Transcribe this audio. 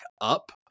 up